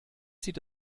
sieht